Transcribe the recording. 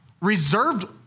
reserved